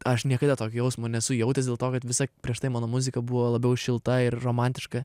aš niekada tokio jausmo nesu jautęs dėl to kad visa prieš tai mano muzika buvo labiau šilta ir romantiška